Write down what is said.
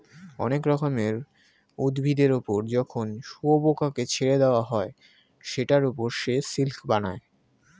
অনেক রকমের উভিদের ওপর যখন শুয়োপোকাকে ছেড়ে দেওয়া হয় সেটার ওপর সে সিল্ক বানায়